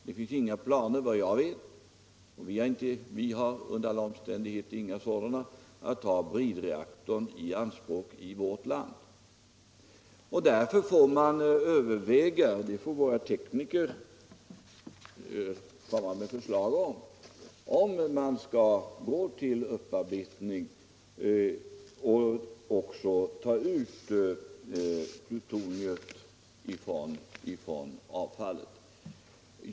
Det finns såvitt jag vet inga planer — vi har under inga omständigheter några sådana — att ta bridreaktorn i anspråk i vårt land. Därför får man överväga — det får våra tekniker komma med förslag om —- om man skall gå till upparbetning och även ta ut plutoniumet från avfallet.